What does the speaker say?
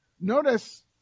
Notice